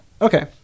Okay